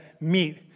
meet